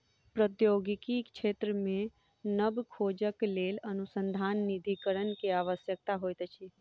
प्रौद्योगिकी क्षेत्र मे नब खोजक लेल अनुसन्धान निधिकरण के आवश्यकता होइत अछि